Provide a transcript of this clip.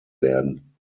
werden